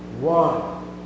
One